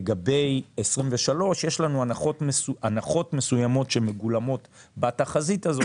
לגבי 2023 יש לנו הנחות מסוימות שמגולמות בתחזית הזאת,